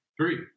Three